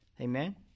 Amen